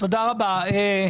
חמד עמאר,